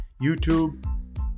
YouTube